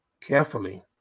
carefully